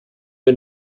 bei